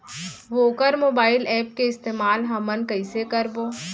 वोकर mobile app के इस्तेमाल हमन कइसे करबो?